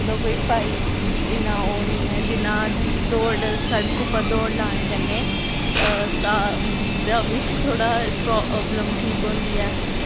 ओह्दा कोई फैदा इन्ना ओह् निं ऐ जिन्ना दौड़ सड़क उप्पर दौड़ लाने कन्नै साह् दा बी थोह्ड़ा प्राबल्म ठीक होंदी ऐ